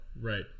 Right